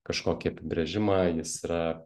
kažkokį apibrėžimą jis yra